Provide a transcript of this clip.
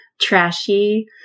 trashy